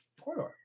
corridor